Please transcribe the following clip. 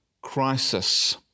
crisis